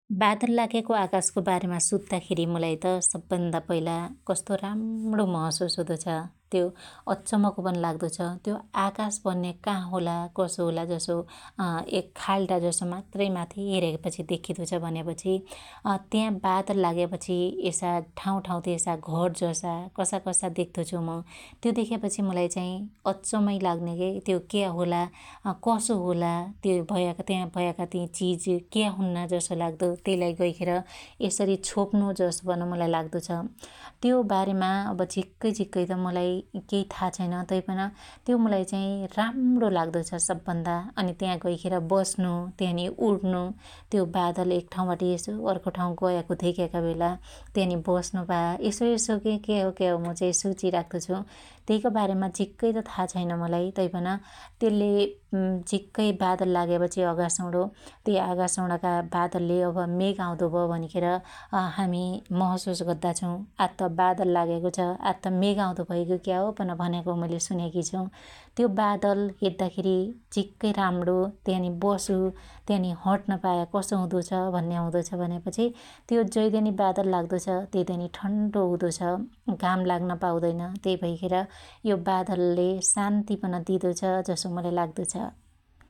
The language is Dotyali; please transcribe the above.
बादल लाग्याको आकाशको बारेमा सुत्ताखेरी मुलाई त कस्तो राम्णो महशुस हुदो छ । त्यो अच्चमको पन लाग्दो छ । त्यो आकास भन्या का होला कसो होला जसो एक खाल्डा जसो मात्रै माथि हेर्यापछि देख्दीदो छ भन्यापछि अत्या बादल लाग्यापछी यसा ठाँउ ठाँउथी यसा घर जसा कसाकसा देख्तो छु म । त्यो देख्यापछी मुलाई चाइ अच्चमै लाग्न्या के त्यो क्या होला कसो होला त्यो भयाका त्या भयाका ति चिज क्या हुन्ना जसो लाग्दो त्यइलाई गैखेर यसरी छोप्नु जसो पन मुलाई लाग्दो छ । त्यो बारेमा अब झिक्कै झिक्कै म कुलाई केइ था छैन तैपन त्यो मुलाई चाइ राम्रो लाग्दो छ सब भन्दा त्या गैखेर बस्नु त्यानी उड्नु, त्यो बादल एक ठाँउ बाटी यसो अर्को ठाँउ गयाको धेक्याका बेला त्यानी बस्नु पाया यासो यसो क्या क्या हो क्या हो मु चाई सोची राख्तो छु । त्यइको बारेमा झिक्कै त था छैन मुलाई तैपन तेल्ले अझिक्कै झिक्कै बादल लाग्यापछी अकाशउणो त्यइ आगासउणाका बादलले अब मेग आउदो भ भनिखेर अहामी महशुस गद्दा छु । आज त बादल लाग्याको छ, आज त मेग आउदो भयो की क्या हो पन मुइले सुन्याकी छु । त्यो बादल हेद्दाखेरी झिक्कै राम्णो, त्यानि बसु त्यानि हट्न पाया कसो हुदो छ भन्या जसो हुदो छ भन्यापछी त्यो जैदीनि बादल लाग्दो छ त्यइदेनि ठन्डो हुदो छ । घाम लाग्न पाउदैन त्यै भैखेर यो बादलले शान्ति पन दिदो छ जसो लाग्दो छ ।